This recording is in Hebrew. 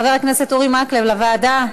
חבר הכנסת אורי מקלב, לוועדה?